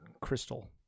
crystal